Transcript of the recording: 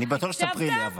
אני בטוח שתספרי לי.